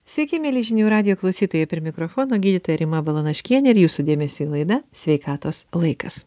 sveiki mieli žinių radijo klausytojai prie mikrofono gydytoja rima balanaškienė ir jūsų dėmesiui laida sveikatos laikas